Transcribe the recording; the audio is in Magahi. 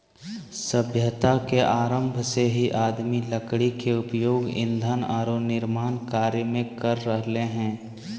सभ्यता के आरंभ से ही आदमी लकड़ी के उपयोग ईंधन आरो निर्माण कार्य में कर रहले हें